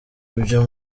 ibyo